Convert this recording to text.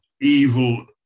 evil